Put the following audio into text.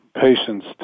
patients